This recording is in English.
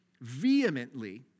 vehemently